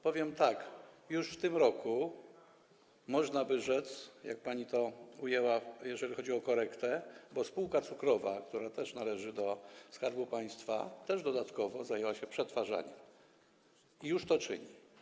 Powiem tak: już w tym roku, można by rzec, jak pani to ujęła, jeżeli chodzi o korektę, bo spółka cukrowa, która też należy do Skarbu Państwa, również dodatkowo zajęła się przetwarzaniem i już to czyni.